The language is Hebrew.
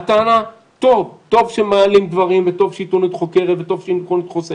טוב שמעלים דברים וטוב שהעיתונאות חוקרת וחושפת.